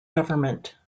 government